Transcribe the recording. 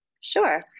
Sure